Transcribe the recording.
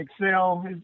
excel